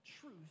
truth